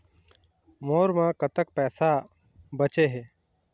मोर म कतक पैसा बचे हे?